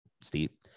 steep